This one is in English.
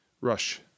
Rush